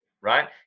right